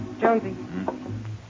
Jonesy